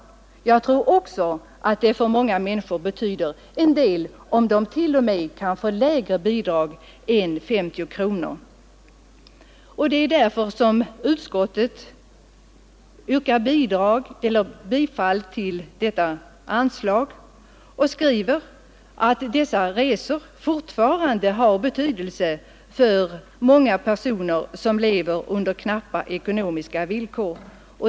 Jag tror också att det för många människor betyder en del även om de får lägre bidrag än 50 kronor. Det är därför som utskottet hemställer om bitall till det 1propositionen föreslagna anslaget och skriver att dessa bidrag fortfarande har betydelse för många personer som lever under knappa ekonomiska villkor.